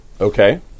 Okay